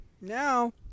now